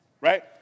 right